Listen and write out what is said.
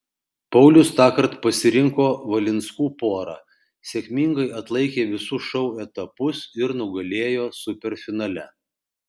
paulius tąkart pasirinko valinskų porą sėkmingai atlaikė visus šou etapus ir nugalėjo superfinale